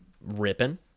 ripping